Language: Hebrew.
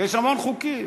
המון חוקים